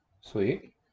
Sweet